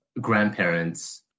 grandparents